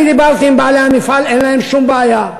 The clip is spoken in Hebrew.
אני דיברתי עם בעלי המפעל, אין להם שום בעיה.